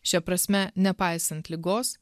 šia prasme nepaisant ligos